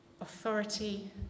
Authority